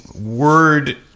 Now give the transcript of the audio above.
word